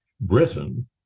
Britain